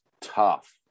tough